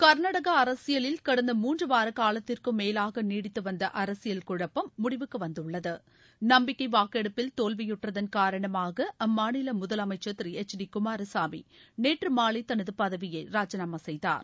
கர்நாடக அரசியலில் கடந்த மூன்று வார காலத்திற்கும் மேலாக நீடித்து வந்த அரசியல் குழப்பம் முடிவுக்கு வந்துள்ளது நம்பிக்கை வாக்கெடுப்பில் தோல்வியுற்றதன் காரணமாக அம்மாநில முதலமைச்சர் திரு எச் டி குமாரசாமி நேற்று மாலை தனது பதவியை ராஜினாமா செய்தார்